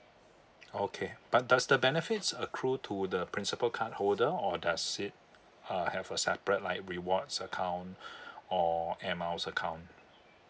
okay but does the benefits accrue to the principal card holder or does it uh have a separate like rewards account or air miles account